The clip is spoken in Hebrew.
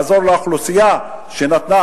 לעזור לאוכלוסייה שנתנה,